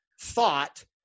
thought